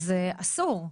זה אסור,